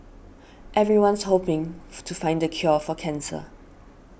everyone's hoping to find the cure for cancer